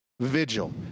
Vigil